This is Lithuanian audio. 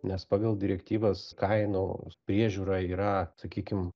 nes pagal direktyvas kainoų priežiūra yra sakykim